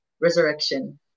resurrection